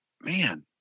man